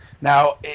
Now